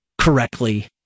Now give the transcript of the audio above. correctly